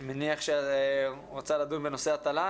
אני מניח שאת רוצה לדון בנושא התל"ן,